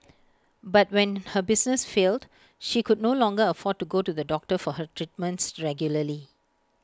but when her business failed she could no longer afford to go to the doctor for her treatments regularly